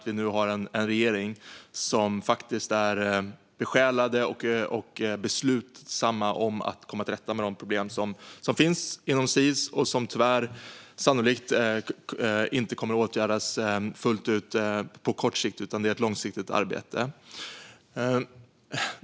Vi har nu en regering som är besjälad och beslutsam när det gäller att komma till rätta med de problem som finns inom Sis. Men tyvärr kommer problemen sannolikt inte att åtgärdas fullt ut på kort sikt, utan det är ett långsiktigt arbete.